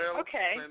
okay